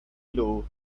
low